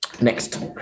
next